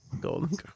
Golden